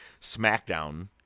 SmackDown